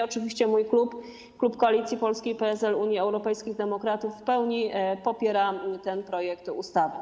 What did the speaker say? Oczywiście mój klub, klub Koalicji Polskiej - PSL, Unii Europejskich Demokratów w pełni popiera ten projekt ustawy.